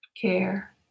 care